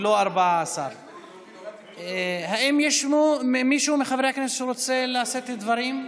ולא 14. האם מישהו מחברי הכנסת רוצה לשאת דברים?